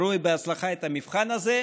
בהצלחה את המבחן הזה,